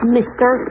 Mister